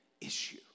issue